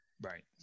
Right